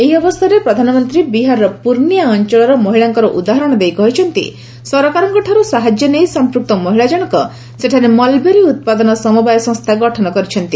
ଏହି ଅବସରରେ ପ୍ରଧାନମନ୍ତ୍ରୀ ବିହାରର ପୂର୍ନିଆ ଅଞ୍ଚଳର ମହିଳାଙ୍କର ଉଦାହରଣ ଦେଇ କହିଛନ୍ତି ସରକାରଙ୍କଠାର୍ତ ସାହାଯ୍ୟ ନେଇ ସମ୍ପୁକ୍ତ ମହିଳା ଜଣକ ସେଠାରେ ମଲ୍ବେରୀ ଉତ୍ପାଦନ ସମବାୟ ସଂସ୍କା ଗଠନ କରିଛନ୍ତି